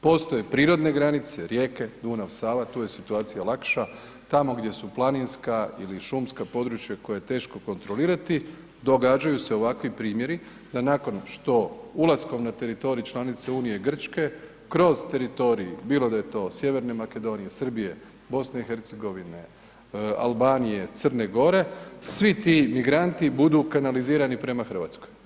Postoje prirodne granice, rijeke Dunav, Sava tu je situacija lakša, tamo gdje su planinska ili šumska područja koje je teško kontrolirati događaju se ovakvi primjeri da nakon što ulaskom na teritorij članice Unije Grčke kroz teritorij bilo da je to Sjeverne Makedonije, Srbije, BiH, Albanije, Crne Gore svi ti migranti budu kanalizirani prema Hrvatskoj.